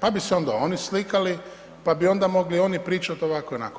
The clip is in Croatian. pa bi se onda oni slikali pa bi onda oni mogli pričati ovako i onako.